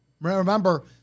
Remember